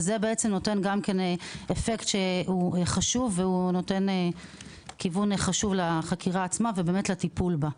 זה נותן גם אפקט חשוב שנותן כיוון חשוב לחקירה עצמה ולטיפול בה.